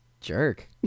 jerk